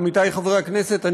עמיתי חברי הכנסת,